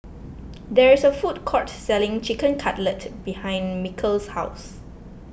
there is a food court selling Chicken Cutlet behind Mikel's house